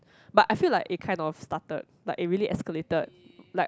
but I feel like it kind of started like it really escalated like